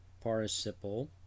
participle